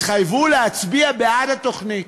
התחייבו להצביע בעד התוכנית.